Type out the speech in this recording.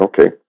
okay